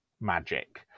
magic